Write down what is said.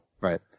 Right